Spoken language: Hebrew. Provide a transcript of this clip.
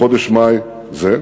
בחודש מאי זה,